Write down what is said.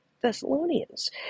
Thessalonians